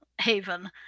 haven